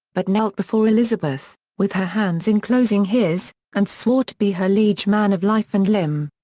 but knelt before elizabeth, with her hands enclosing his, and swore to be her liege man of life and limb.